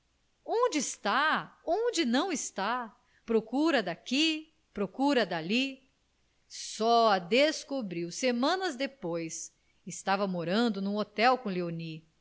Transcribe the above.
onde está onde não está procura daqui procura daí só a descobriu semanas depois estava morando num hotel com